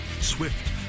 Swift